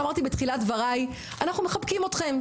כפי שאמרתי בתחילת דבריי אנחנו מחבקים אתכם,